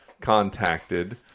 contacted